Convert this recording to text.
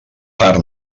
per